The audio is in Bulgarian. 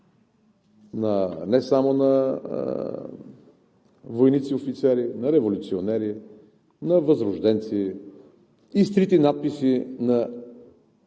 не само на войници и офицери, на революционери, на възрожденци, на изтрити надписи на